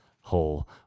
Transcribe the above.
whole